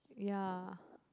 ya